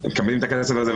הם מקבלים את הכסף הזה,